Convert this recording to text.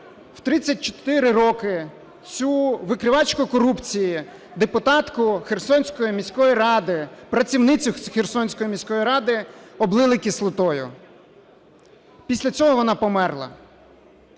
в 34 роки цю викривачку корупції, депутатку Херсонської міської ради, працівницю Херсонської міської ради облили кислотою, після цього вона померла.